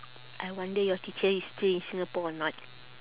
I wonder your teacher is still in singapore or not